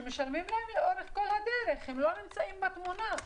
שמשלמים להן לאורך כל הדרך, לא נמצאות בתמונה.